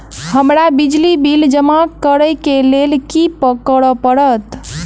हमरा बिजली बिल जमा करऽ केँ लेल की करऽ पड़त?